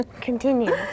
Continue